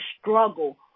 struggle